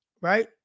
right